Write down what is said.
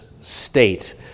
state